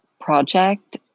project